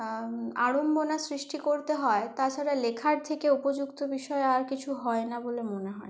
আড়ম্বনা সৃষ্টি করতে হয় তাছাড়া লেখার থেকে উপযুক্ত বিষয় আর কিছু হয় না বলে মনে হয়